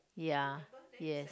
ya yes